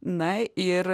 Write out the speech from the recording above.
na ir